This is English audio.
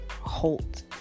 halt